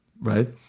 right